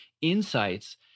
insights